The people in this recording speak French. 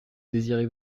désirez